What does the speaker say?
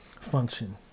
function